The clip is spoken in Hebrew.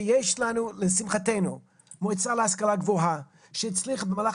יש לנו לשמחתנו מועצה להשכלה גבוהה שהצליחה במהלך